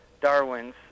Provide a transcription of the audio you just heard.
Darwin's